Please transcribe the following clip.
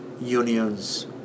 unions